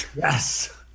Yes